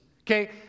okay